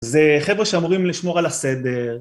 זה חבר'ה שאמורים לשמור על הסדר